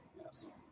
yes